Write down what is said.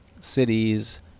cities